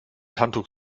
handtuch